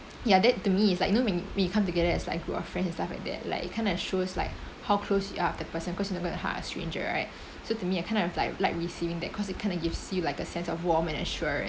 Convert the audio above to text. ya that to me is like you know when you when you come together as a group of friends and stuff like that like you kind of shows like how close you are with the person cause you never hug a stranger right so to me I kind of have like like receiving that cause it kind of gives you like a sense of warmth and assurance